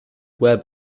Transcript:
web